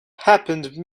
happened